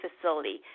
facility